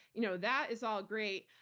you know that is all great.